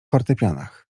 fortepianach